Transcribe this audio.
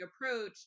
approach